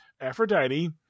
Aphrodite